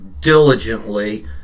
diligently